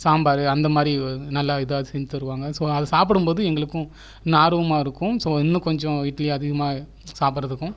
சாம்பார் அந்த மாதிரி நல்லா இதாக செஞ்சு தருவாங்க ஸோ அதை சாப்பிடும் போது எங்களுக்கும் இன்னும் ஆர்வமாக இருக்கும் ஸோ இன்னும் கொஞ்சம் அதிகமாக இட்லி சாப்பிடுகிறதுக்கும்